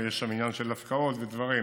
ויש שם עניין של הפקעות ודברים.